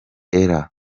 ella